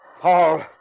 Paul